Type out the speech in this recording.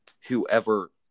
whoever